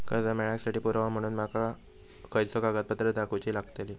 कर्जा मेळाक साठी पुरावो म्हणून माका खयचो कागदपत्र दाखवुची लागतली?